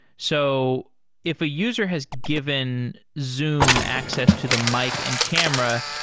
so if a user has given zoom access to the mic and camera,